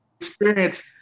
experience